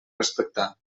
respectar